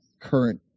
current